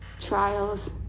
trials